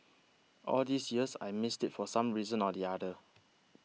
all these years I missed it for some reason or the other